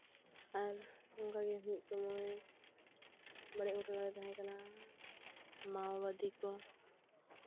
ᱟᱨ ᱚᱱᱠᱟ ᱜᱮ ᱢᱤᱫ ᱥᱚᱢᱚᱭ ᱢᱟᱱᱮ ᱩᱱ ᱥᱚᱢᱚᱭ ᱛᱟᱦᱮᱸ ᱠᱟᱱᱟ ᱢᱟᱣᱵᱟᱫᱤ ᱠᱚ